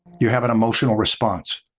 you have an emotional response.